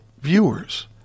viewers